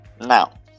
Now